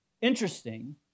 interesting